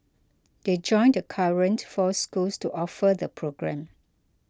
they join the current four schools to offer the programme